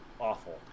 awful